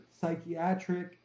psychiatric